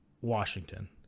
Washington